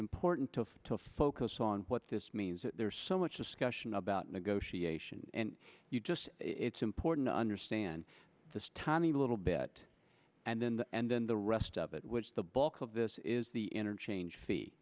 important to to focus on what this means that there's so much discussion about negotiation and you just it's important to understand the tiny little bit and then and then the rest of it which is the bulk of this is the interchange fee